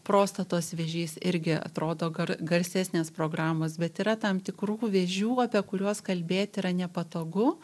prostatos vėžys irgi atrodo gar garsesnės programos bet yra tam tikrų vėžių apie kuriuos kalbėti yra nepatogu